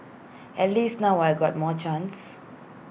at least now I got more chance